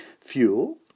fuel